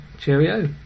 Cheerio